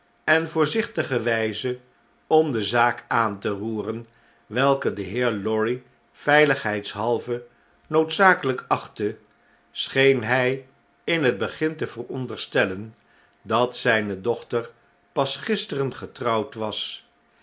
en voorzichtige wyze om de zaak aan te roeren welke de heer lorry veiligheidshalve noodzakelykachtte scheen hy in het begin te vooronderstellen dat zijne dochter pas gisteren getrouwd was